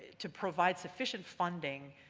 to provide sufficient funding,